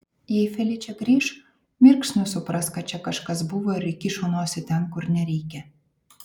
jei feličė grįš mirksniu supras kad čia kažkas buvo ir įkišo nosį ten kur nereikia